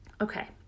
Okay